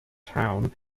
town